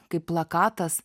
kaip plakatas